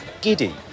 giddy